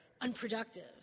unproductive